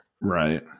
Right